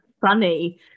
funny